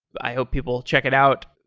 i hope people check it out.